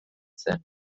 zen